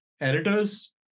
editors